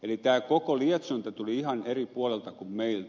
tämä koko lietsonta tuli ihan eri puolelta kuin meiltä